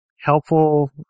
helpful